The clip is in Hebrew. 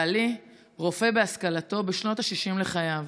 בעלי רופא בהשכלתו, בשנות השישים לחייו.